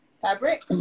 fabric